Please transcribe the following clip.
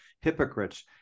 Hypocrites